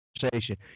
conversation